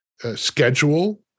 schedule